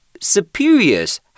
Superiors